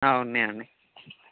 ఉన్నాయి ఉన్నాయి